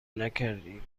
نکردیم